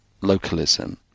localism